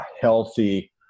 healthy